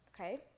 okay